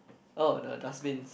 oh the dustbins